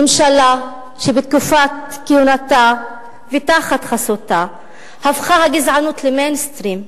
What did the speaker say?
ממשלה שבתקופת כהונתה ותחת חסותה הפכה הגזענות ל"מיינסטרים",